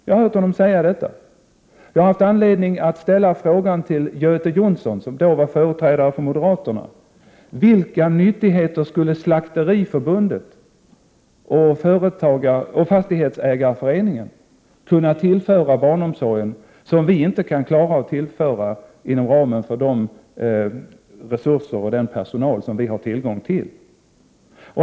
Jag har haft anledning att fråga Göte Jonsson, som då var företrädare för moderaterna, vilka nyttigheter Slakteriförbundet och Fastighetsägareföreningen skulle kunna tillföra barnomsorgen, som vi inte kan klara att tillföra inom ramen för de resurser och med den personal som vi har tillgång till.